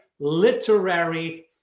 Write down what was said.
Literary